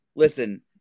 Listen